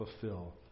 fulfill